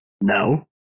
No